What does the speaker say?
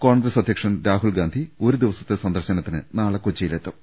കോൺഗ്രസ് അധ്യക്ഷൻ രാഹുൽ ഗാന്ധി ഒരു ദിവസത്തെ സന്ദർശനത്തിന് നാളെ കൊച്ചിയിലെത്തും